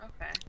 okay